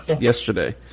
yesterday